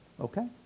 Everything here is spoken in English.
okay